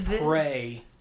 Pray